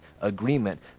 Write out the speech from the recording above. agreement